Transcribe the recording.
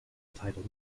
title